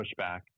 pushback